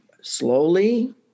slowly